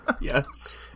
Yes